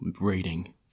reading